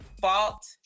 fault